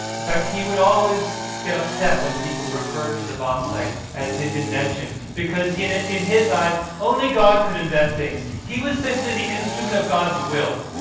in fact, he would always get upset when people referred to the bombsight as his invention, because in ah in his eyes, only god could invent things. he was simply the instrument of god's will.